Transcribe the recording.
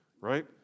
right